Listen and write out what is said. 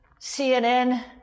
CNN